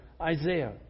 Isaiah